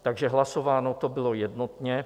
Takže hlasováno to bylo jednotně.